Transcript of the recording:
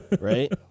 right